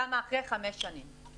כמה אחרי חמש שנים.